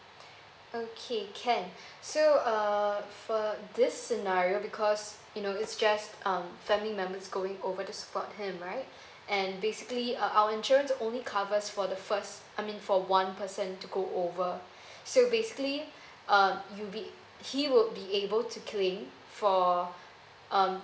okay can so uh for this scenario because you know it's just um family members going over to spot him right and basically uh our insurance only covers for the first I mean for one person to go over so basically uh you'd be he would be able to claim for um